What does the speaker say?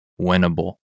winnable